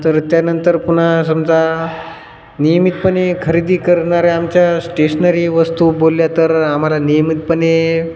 तर त्यानंतर पुन्हा समजा नियमितपणे खरेदी करणाऱ्या आमच्या स्टेशनरी वस्तू बोलल्या तर आम्हाला नियमितपणे